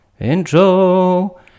Intro